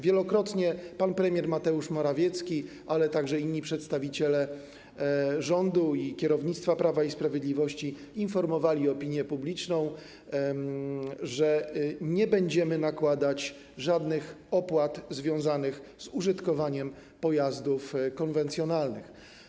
Wielokrotnie pan premier Mateusz Morawiecki, ale także inni przedstawiciele rządu i kierownictwa Prawa i Sprawiedliwości informowali opinię publiczną o tym, że nie będziemy nakładać żadnych opłat związanych z użytkowaniem pojazdów konwencjonalnych.